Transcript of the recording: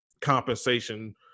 compensation